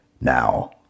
Now